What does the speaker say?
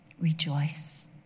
rejoice